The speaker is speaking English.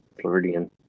Floridian